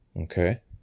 Okay